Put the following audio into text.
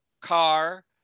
car